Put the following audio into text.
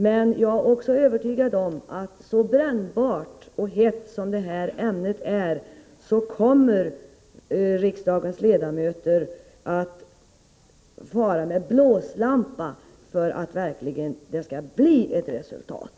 Men jag är också övertygad om att så brännbart, så hett som detta ämne är kommer riksdagens ledamöter att fara fram med blåslampa för att det verkligen skall bli ett resultat.